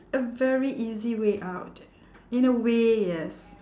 a very easy way out in a way yes